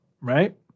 Right